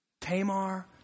tamar